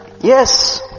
Yes